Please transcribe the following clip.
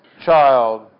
child